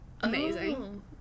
amazing